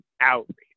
outreach